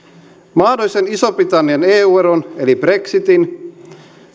mahdollisen ison britannian eu eron eli brexitin